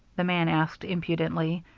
the man asked impudently,